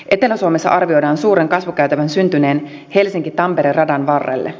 etelä suomessa arvioidaan suuren kasvukäytävän syntyneen helsinkitampere radan varrelle